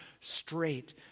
straight